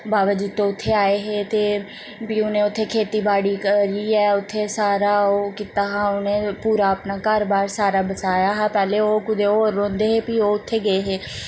बाबा जित्तो इत्थें आए हे ते फ्ही उनें उत्थें खेतीबाड़ी करियै उत्थै सारा ओह् कीता हा उ'नें पूरा अपना घर बाह्र सारा बसाया हा पैह्लें ओह् कुदे होर रौंह्दे हे फ्ही ओह् उत्थें गे हे